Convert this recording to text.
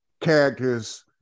characters